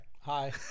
hi